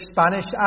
Spanish